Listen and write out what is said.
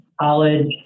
college